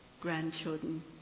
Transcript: grandchildren